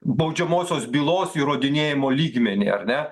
baudžiamosios bylos įrodinėjimo lygmenį ar ne